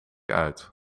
uit